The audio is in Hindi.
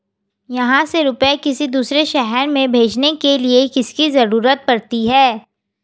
यहाँ से रुपये किसी दूसरे शहर में भेजने के लिए किसकी जरूरत पड़ती है?